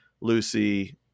Lucy